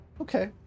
Okay